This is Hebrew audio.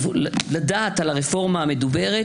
לדעת על הרפורמה המדוברת.